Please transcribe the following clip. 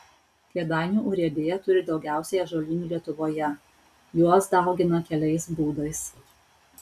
kėdainių urėdija turi daugiausiai ąžuolynų lietuvoje juos daugina keliais būdais